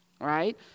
right